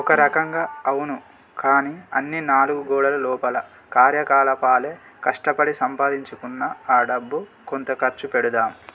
ఒక రకంగా అవును కానీ అన్నీ నాలుగు గోడల లోపల కార్యకలాపాలే కష్టపడి సంపాదించుకున్న ఆ డబ్బు కొంత ఖర్చు పెడదాం